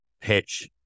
pitch